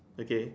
okay